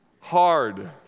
hard